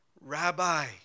Rabbi